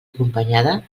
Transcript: acompanyada